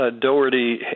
Doherty